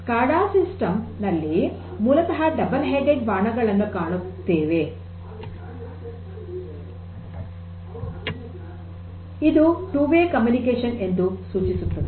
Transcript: SCADA system ನಲ್ಲಿ ಮೂಲತಃ double headed ಬಾಣಗಳನ್ನು ಕಾಣುತ್ತೇವೆ ಇದು ಟೂ ವೇ ಕಮ್ಯುನಿಕೇಷನ್ ಎಂದು ಸೂಚಿಸುತ್ತದೆ